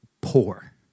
poor